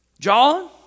John